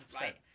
right